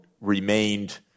remained